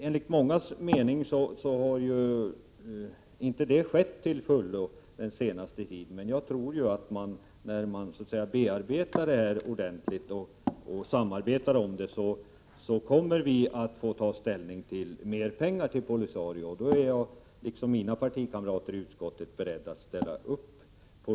Enligt mångas mening har inte det skett till fullo den senaste tiden. Men jag tror att när detta bearbetas ordentligt och vi samarbetar, kommer vi att få ta ställning till frågan om mer pengar till Polisario. Då är jag, liksom mina partikamrater i utskottet, beredd att ställa upp.